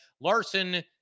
Larson